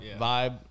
vibe